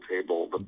table